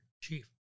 chief